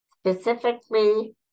specifically